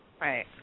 Right